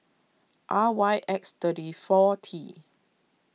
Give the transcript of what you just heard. R Y X thirty four T